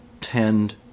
tend